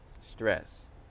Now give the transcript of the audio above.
stress